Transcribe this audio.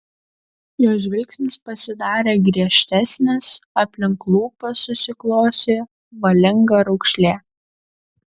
jo žvilgsnis pasidarė griežtesnis aplink lūpas susiklosi valinga raukšlė